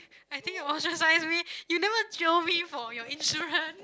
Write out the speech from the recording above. I think you ostracise me you never jio me for your instrument